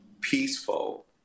peaceful